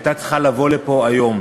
הייתה צריכה לבוא לפה היום.